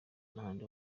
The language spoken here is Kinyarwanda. n’ahandi